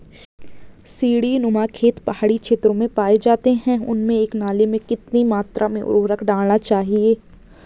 सीड़ी नुमा खेत पहाड़ी क्षेत्रों में पाए जाते हैं उनमें एक नाली में कितनी मात्रा में उर्वरक डालना चाहिए?